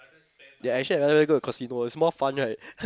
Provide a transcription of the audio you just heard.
ya I actually rather go to casino it's more fun right